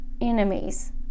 enemies